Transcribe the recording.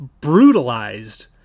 brutalized